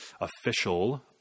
official